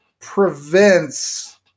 prevents